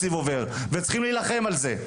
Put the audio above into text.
צריכים להילחם על זה.